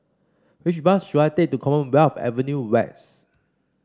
which bus should I take to Commonwealth Avenue West